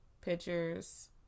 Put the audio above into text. pictures